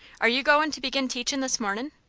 are you goin' to begin teachin' this mornin'?